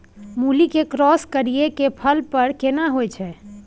मूली के क्रॉस करिये के फल बर केना होय छै?